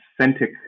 authentic